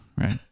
right